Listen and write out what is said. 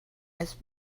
its